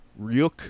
Ryuk